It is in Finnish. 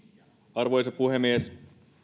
arvoisa puhemies